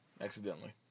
accidentally